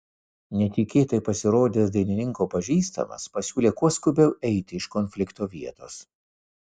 netikėtai pasirodęs dainininko pažįstamas pasiūlė kuo skubiau eiti iš konflikto vietos